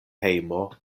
hejmo